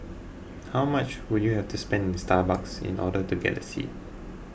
how much would you have to spend in Starbucks in order to get a seat